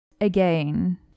Again